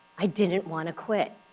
i didn't want to quit.